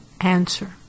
answer